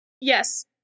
Yes